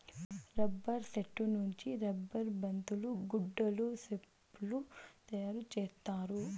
rubber సెట్టు నుంచి rubber బంతులు గుడ్డలు సెప్పులు తయారు చేత్తారు